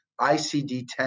ICD-10